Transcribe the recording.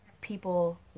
People